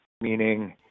meaning